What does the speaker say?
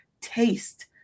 taste